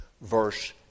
verse